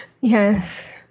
Yes